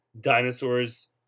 Dinosaurs